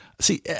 See